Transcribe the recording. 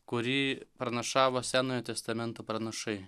kurį pranašavo senojo testamento pranašai